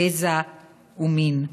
גזע ומין,